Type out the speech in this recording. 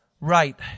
right